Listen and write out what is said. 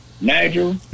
Nigel